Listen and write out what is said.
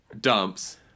dumps